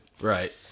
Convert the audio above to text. Right